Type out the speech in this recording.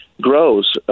grows